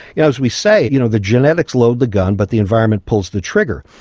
yeah as we say, you know the genetics load the gun but the environment pulls the trigger.